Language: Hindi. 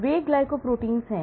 वे P glycoproteins हैं